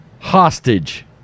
hostage